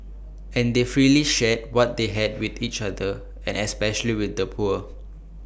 and they freely shared what they had with each other and especially with the poor